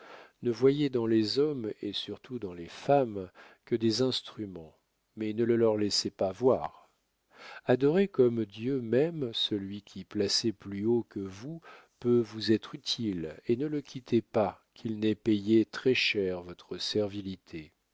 ne voyez dans les hommes et surtout dans les femmes que des instruments mais ne le leur laissez pas voir adorez comme dieu même celui qui placé plus haut que vous peut vous être utile et ne le quittez pas qu'il n'ait payé très-cher votre